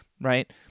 right